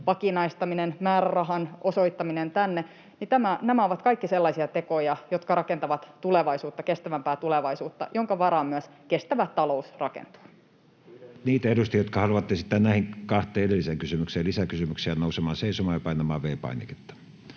vakinaistaminen, määrärahan osoittaminen tänne — nämä ovat kaikki sellaisia tekoja, jotka rakentavat tulevaisuutta, kestävämpää tulevaisuutta, jonka varaan myös kestävä talous rakentuu. Niitä edustajia, jotka haluavat esittää näihin kahteen edelliseen kysymykseen lisäkysymyksiä, pyydän nousemaan seisomaan ja painamaan V-painiketta.